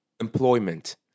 employment